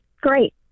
great